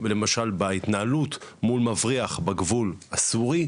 ולמשל בהתנהלות מול מבריח בגבול הסורי,